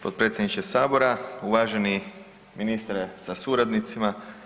Potpredsjedniče Sabora, uvaženi ministre sa suradnicima.